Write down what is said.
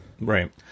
right